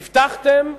הבטחתם,